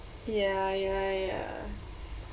ya ya ya